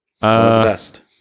best